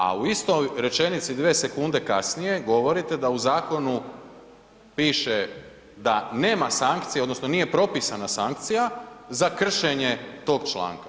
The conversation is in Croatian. A u istoj rečenici dvije sekunde kasnije govorite da u zakonu piše da nema sankcije odnosno nije propisana sankcija za kršenje tog članka.